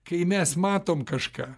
kai mes matom kažką